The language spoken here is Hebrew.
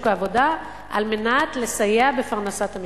העבודה על מנת לסייע בפרנסת המשפחה.